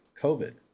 COVID